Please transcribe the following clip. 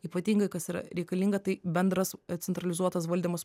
ypatingai kas yra reikalinga tai bendras centralizuotas valdymas